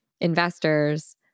investors